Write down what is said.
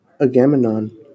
Agamemnon